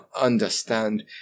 understand